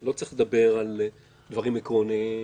לא צריך לדבר על דברים עקרוניים,